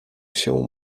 się